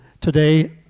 today